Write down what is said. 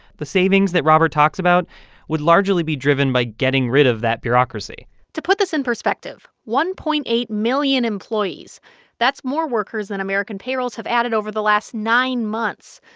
the savings that robert talks about would largely be driven by getting rid of that bureaucracy to put this in perspective, one point eight million employees that's more workers than american payrolls have added over the last nine months.